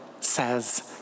says